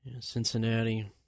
Cincinnati